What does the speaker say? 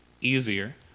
easier